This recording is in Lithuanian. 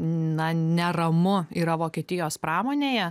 na neramu yra vokietijos pramonėje